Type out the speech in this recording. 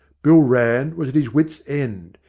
bill rann was at his wits' end.